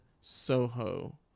Soho